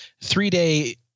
three-day